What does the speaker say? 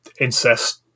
incest